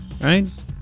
right